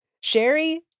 Sherry